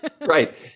Right